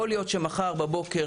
יכול להיות שמחר בבוקר,